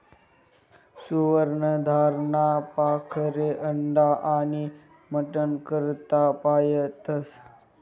सुवर्ण धाराना पाखरे अंडा आनी मटन करता पायतस